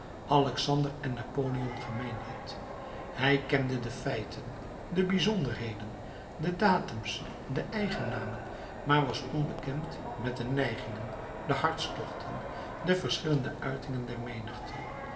alexander en napoleon gemeen had hij kende de feiten de bijzonderheden de datums de eigennamen maar was onbekend met de neigingen de hartstochten de verschillende uitingen der menigte